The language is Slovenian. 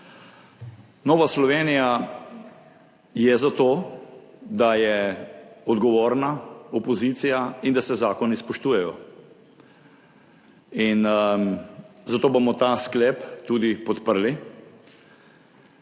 Nova Slovenija je za to, da je odgovorna opozicija in da se zakoni spoštujejo. Zato bomo ta sklep tudi podprli.